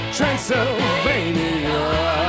Transylvania